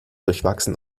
durchwachsen